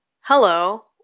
hello